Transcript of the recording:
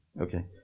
Okay